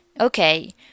Okay